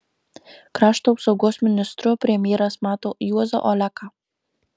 krašto apsaugos ministru premjeras mato juozą oleką